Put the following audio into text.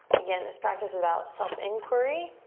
again, this practice is about self inquiry.